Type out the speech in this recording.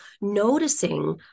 noticing